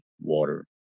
water